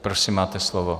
Prosím, máte slovo.